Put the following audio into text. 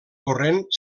corrent